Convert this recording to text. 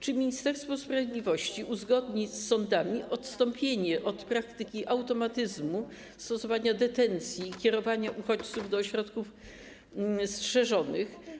Czy Ministerstwo Sprawiedliwości uzgodni z sądami odstąpienie od praktyki automatyzmu stosowania detencji i kierowania uchodźców do ośrodków strzeżonych?